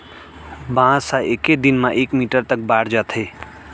बांस ह एके दिन म एक मीटर तक बाड़ जाथे